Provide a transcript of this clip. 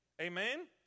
Amen